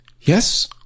Yes